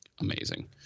amazing